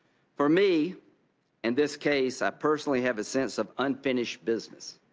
for me and this case i personally have a sense of unfinished business.